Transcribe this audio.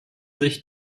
sich